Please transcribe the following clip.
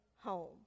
home